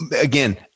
again